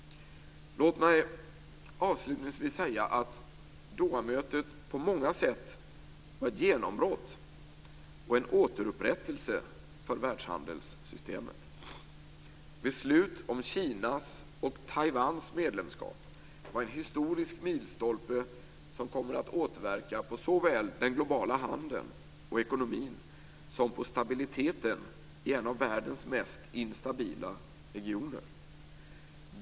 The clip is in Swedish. Låt mig avslutningsvis säga att Dohamötet på många sätt var ett genombrott och en återupprättelse för världshandelssystemet. Beslut om Kinas och Taiwans medlemskap var en historisk milstolpe som kommer att återverka på såväl den globala handeln och ekonomin som på stabiliteten i en av världens mest instabila regioner.